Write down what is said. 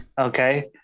Okay